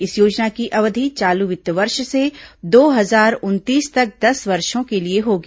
इस योजना की अवधि चालू वित्त वर्ष से दो हजार उनतीस तक दस वर्षो के लिए होगी